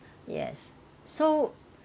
yes so